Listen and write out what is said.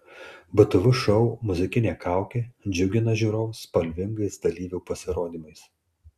btv šou muzikinė kaukė džiugina žiūrovus spalvingais dalyvių pasirodymais